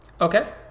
okay